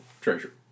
treasure